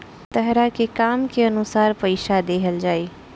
तहरा के काम के अनुसार पइसा दिहल जाइ